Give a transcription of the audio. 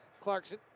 Clarkson